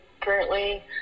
currently